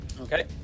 Okay